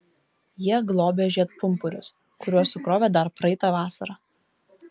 jie globia žiedpumpurius kuriuos sukrovė dar praeitą vasarą